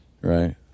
right